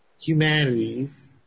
humanities